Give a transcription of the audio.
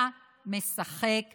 אתה משחק בכולנו.